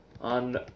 on